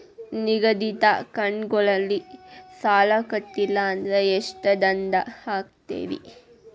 ನಿಗದಿತ ಕಂತ್ ಗಳಲ್ಲಿ ಸಾಲ ಕಟ್ಲಿಲ್ಲ ಅಂದ್ರ ಎಷ್ಟ ದಂಡ ಹಾಕ್ತೇರಿ?